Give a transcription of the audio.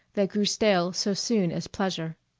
that grew stale so soon as pleasure.